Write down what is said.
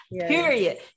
Period